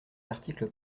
l’article